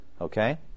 Okay